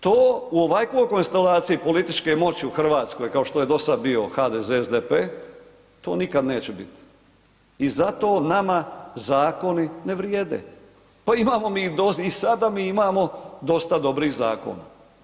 To u ovakvoj konstelaciji političke moći u RH kao što je dosad bio HDZ, SDP, to nikad neće bit i zato nama zakoni ne vrijede, pa imamo mi i sada mi imamo dosta dobrih zakona.